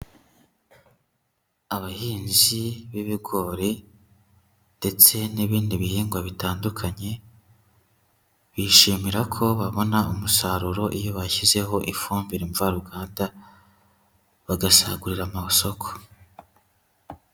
Abahinzi b'ibigori ndetse n'ibindi bihingwa bitandukanye, bishimira ko babona umusaruro iyo bashyizeho ifumbire mvaruganda, bagasagurira amasoko.